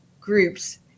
groups